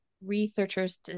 researchers